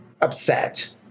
upset